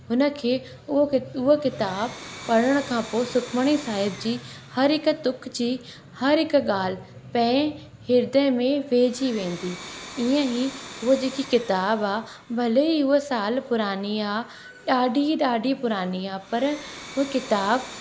हुन खे उहो उहा किताबु पढ़ण खां पोइ सुखमणी साहिब जी हर हिकु तुख जी हर हिकु ॻाल्हि पंहिंजे हृदय में वेहिजी वेंदी ईअं ई हुआ जेकी किताबु आहे भले ई उहा साल पुरानी आहे ॾाढी ई ॾाढी पुरानी आहे पर उहा किताबु